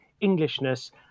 Englishness